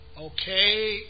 okay